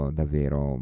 davvero